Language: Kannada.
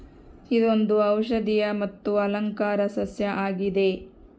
ಇದೊಂದು ಔಷದಿಯ ಮತ್ತು ಅಲಂಕಾರ ಸಸ್ಯ ಆಗಿದೆ